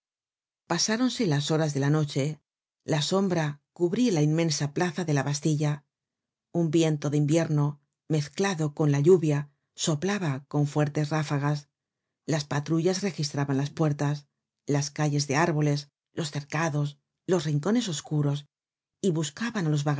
nada pasáronse las horas de la noche la sombra cubria la inmensa plaza dela bastilla un viento de invierno mezclado con la lluvia soplaba con fuertes ráfagas las patrullas registraban las puertas las calles de árboles los cercados los rincones oscuros y buscaban á los